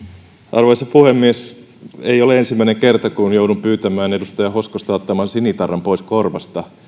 arvoisa puhemies ei ole ensimmäinen kerta kun joudun pyytämään edustaja hoskosta ottamaan sinitarran pois korvasta